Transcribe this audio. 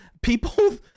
people